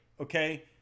okay